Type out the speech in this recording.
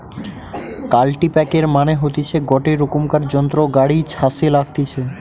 কাল্টিপ্যাকের মানে হতিছে গটে রোকমকার যন্ত্র গাড়ি ছাসে লাগতিছে